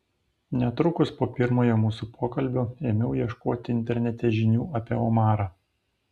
netrukus po pirmojo mūsų pokalbio ėmiau ieškoti internete žinių apie omarą